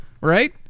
right